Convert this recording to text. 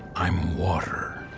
i'm water,